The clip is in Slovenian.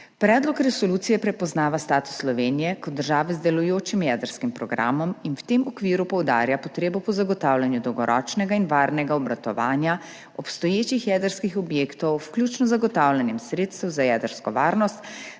Predlog resolucije prepoznava status Slovenije kot države z delujočim jedrskim programom in v tem okviru poudarja potrebo po zagotavljanju dolgoročnega in varnega obratovanja obstoječih jedrskih objektov, vključno z zagotavljanjem sredstev za jedrsko varnost,